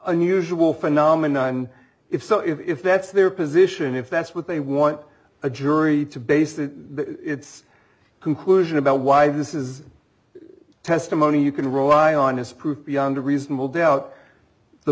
unusual phenomena and if so if that's their position if that's what they want a jury to base that its conclusion about why this is testimony you can rely on is proof beyond a reasonable doubt the